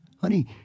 honey